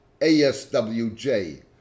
ASWJ